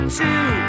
two